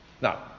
Now